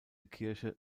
kirche